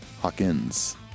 Hawkins